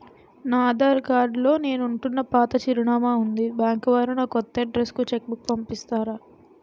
నా ఆధార్ లో నేను ఉంటున్న పాత చిరునామా వుంది బ్యాంకు వారు నా కొత్త అడ్రెస్ కు చెక్ బుక్ పంపిస్తారా?